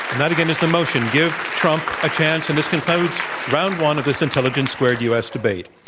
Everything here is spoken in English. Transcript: and that, again, is the motion, give trump a chance. and this concludes round one of this intelligence squared u. s. debate.